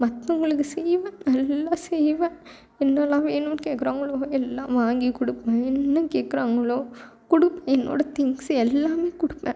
மற்றவங்களுக்கு செய்வேன் நல்லா செய்வேன் என்னலாம் வேணும்னு கேக்கிறாங்களோ எல்லாம் வாங்கிக் கொடுப்பேன் என்ன கேக்கிறாங்களோ என்னோட திங்ஸ் எல்லாம் கொடுப்பேன்